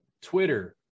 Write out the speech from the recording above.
Twitter